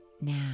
Now